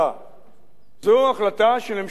זו החלטה של ממשלה שמאלנית